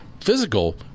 physical